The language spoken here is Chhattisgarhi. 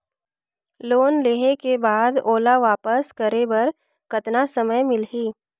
लोन लेहे के बाद ओला वापस करे बर कतना समय मिलही?